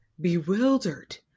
Bewildered